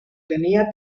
tenía